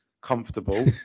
comfortable